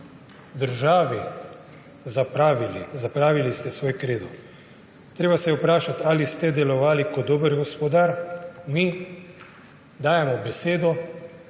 državi zapravili, zapravili ste svoj kredo. Treba se je vprašati, ali ste delovali kot dober gospodar. Mi dajemo besedo,